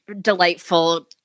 delightful